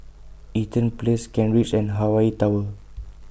Eaton Place Kent Ridge and Hawaii Tower